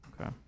Okay